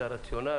את הרציונל,